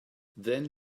then